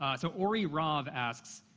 um so, ori rav asks,